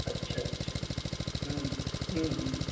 अच्छा अच्छा हूँ हूँ हूँ